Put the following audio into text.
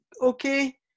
okay